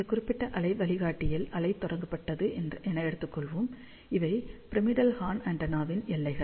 இந்த குறிப்பிட்ட அலை வழிகாட்டியில் அலை தொடங்கப்பட்டது என எடுத்துக் கொள்வோம் இவை பிரமிடல் ஹார்ன் ஆண்டெனாவின் எல்லைகள்